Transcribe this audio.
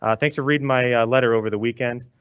um thanks for reading my letter over the weekend.